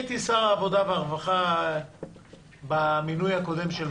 הייתי שר העבודה והרווחה במינוי הקודם של המועצה.